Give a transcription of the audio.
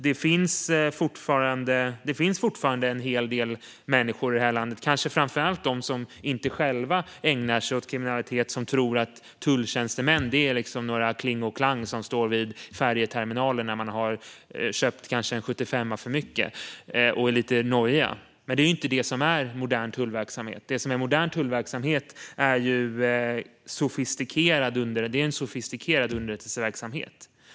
Det finns fortfarande en hel del människor i det här landet, kanske framför allt bland dem som inte själva ägnar sig åt kriminalitet, som tror att tulltjänstemän är några Kling och Klang som står i färjeterminalen när man kanske köpt en 75:a för mycket och är lite nojig. Men det är ju inte det som är modern tullverksamhet. Modern tullverksamhet är en sofistikerad underrättelseverksamhet.